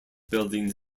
buildings